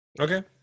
Okay